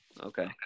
Okay